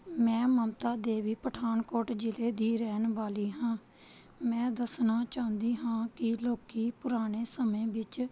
ਮੈਂ ਮਮਤਾ ਦੇਵੀ ਪਠਾਨਕੋਟ ਜ਼ਿਲ੍ਹੇ ਦੀ ਰਹਿਣ ਵਾਲੀ ਹਾਂ ਮੈਂ ਦੱਸਣਾ ਚਾਹੁੰਦੀ ਹਾਂ ਕਿ ਲੋਕ ਪੁਰਾਣੇ ਸਮੇਂ ਵਿੱਚ